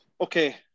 Okay